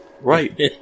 Right